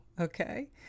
okay